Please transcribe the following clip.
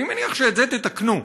אני מניח שאת זה תתקנו,